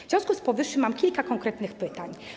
W związku z powyższym mam kilka konkretnych pytań.